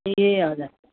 ए हजुर